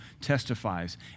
testifies